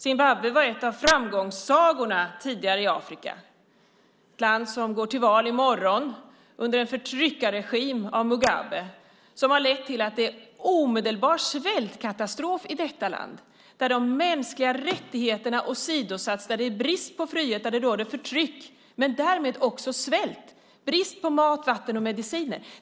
Zimbabwe var en av framgångssagorna i Afrika tidigare, ett land som går till val i morgon under en förtryckarregim ledd av Mugabe. Det förtrycket har lett till en omedelbar svältkatastrof i detta land där de mänskliga rättigheterna har åsidosatts, där det är brist på frihet, där det råder förtryck och därmed också svält, brist på mat, vatten och mediciner.